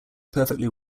perfectly